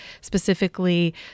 specifically